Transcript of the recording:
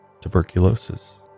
tuberculosis